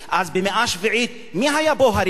אז במאה השביעית מי היה פה הריבון?